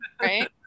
right